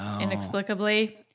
inexplicably